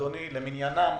אדוני היושב-ראש,